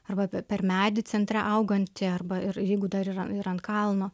arba pe per medį centre augantį arba ir jeigu dar yra ir ant kalno